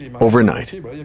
Overnight